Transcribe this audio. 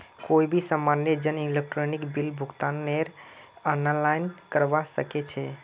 कोई भी सामान्य जन इलेक्ट्रॉनिक बिल भुगतानकेर आनलाइन करवा सके छै